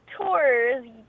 tours